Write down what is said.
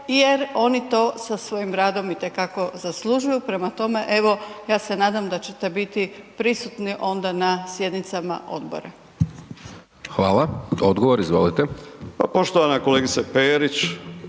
jer oni to sa svojim radom, itekako zaslužuju, prema tome, evo, ja se nadam da ćete biti prisutni onda na sjednicama odbora. **Hajdaš Dončić, Siniša (SDP)** Hvala.